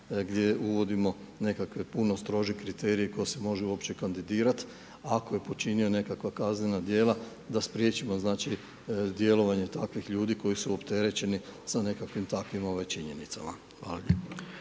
gdje uvodimo nekakve puno strože kriterije tko se može uopće kandidirati ako je počinio nekakva kaznena djela da spriječimo znači djelovanje takvih ljudi koji su opterećeni sa nekakvim takvim činjenicama. Hvala